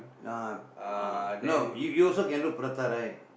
ah ah no you you also can do prata right